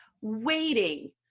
waiting